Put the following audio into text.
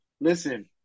Listen